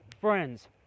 friends